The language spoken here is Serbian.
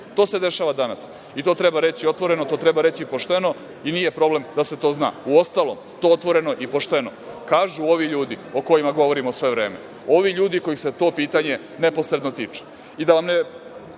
To se dešava danas i to treba reći otvoreno, treba reći pošteno i nije problem da se to zna. Uostalom, to otvoreno i pošteno kažu ovi ljudi o kojima govorimo sve vreme, ovi ljudi kojih se to pitanje neposredno tiče. Da